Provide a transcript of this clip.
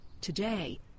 Today